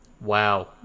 Wow